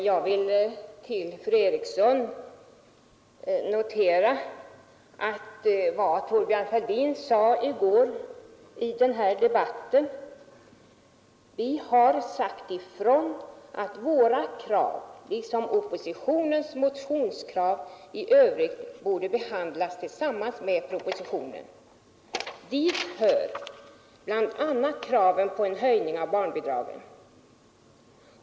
Fru talman! Med anledning av fru Erikssons inlägg vill jag upprepa vad Thorbjörn Fälldin sade i går i den här debatten: ”Vi har också sagt ifrån att våra krav liksom oppositionens motionskrav i övrigt borde behandlas tillsammans med propositionen. Dit hör bl.a. kravet på en höjning av barnbidragen.